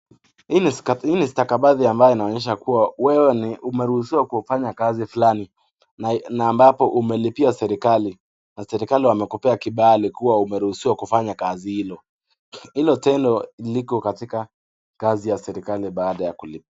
Hii ni stakabadhi ambayo inaonyesha kuwa wewe ni umeruhusiwa kufanya kazi fulani na ambapo umelipia serikali. Na serikali wamekupa kibali kuwa umeruhusiwa kufanya kazi hilo. Hilo tendo liko katika kazi ya serikali baada ya kulipia.